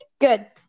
Good